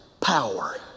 power